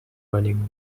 running